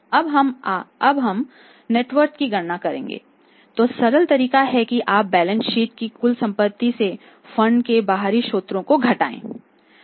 अब जब आप नेट वर्थ की गणना कर रहे हैं तो सरल तरीका यह है कि आप बैलेंस शीट की कुल संपत्ति से फंड के बाहरी स्रोतों को घटाएं